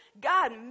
God